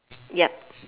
yup